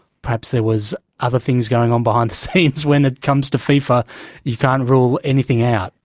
perhaps there was other things going on behind the scenes. when it comes to fifa you can't rule anything out.